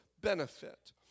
benefit